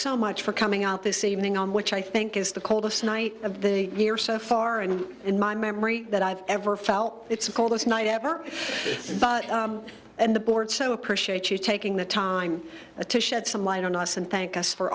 so much for coming out this evening on which i think is the coldest night of the gear so far and in my memory that i've ever felt it's a coldest night ever and the board so appreciate you taking the time to shed some light on us and thank us for